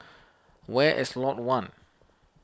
where is Lot one